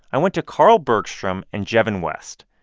i went to carl bergstrom and jevin west.